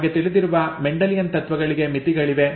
ನಮಗೆ ತಿಳಿದಿರುವಂತೆ ಮೆಂಡೆಲಿಯನ್ ತತ್ವಗಳಿಗೆ ಮಿತಿಗಳಿವೆ